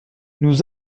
nous